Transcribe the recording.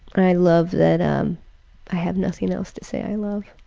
and i love that um i have nothing else to say i love.